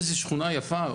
איזה שכונה יפה,